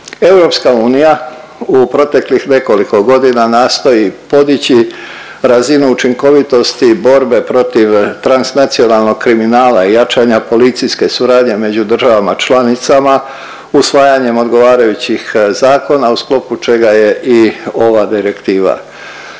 2006.g.. EU u proteklih nekoliko godina nastoji podići razinu učinkovitosti borbe protiv transnacionalnog kriminala i jačanja policijske suradnje među državama članicama usvajanjem odgovarajućih zakona u sklopu čega je i ova direktiva.